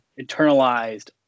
internalized